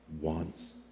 wants